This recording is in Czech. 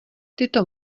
tyto